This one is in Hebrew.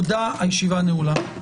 תודה, הישיבה נעולה.